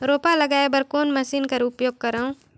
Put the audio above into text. रोपा लगाय बर कोन मशीन कर उपयोग करव?